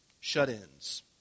shut-ins